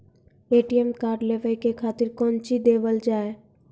ATM card लेवे के खातिर कौंची देवल जाए?